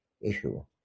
issue